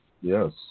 Yes